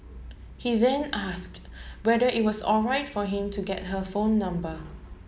he then asked whether it was alright for him to get her phone number